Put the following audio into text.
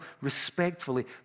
respectfully